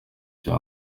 cya